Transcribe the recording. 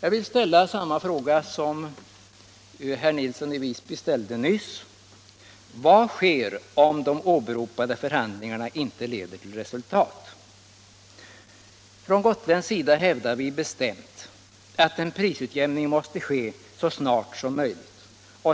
Jag vill här ställa samma fråga som herr Nilsson i Visby ställde nyss: Vad sker om de åberopade förhandlingarna inte leder till resultat? Från gotländsk sida hävdar vi bestämt att en prisutjämning måste ske så snart som möjligt,